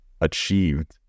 achieved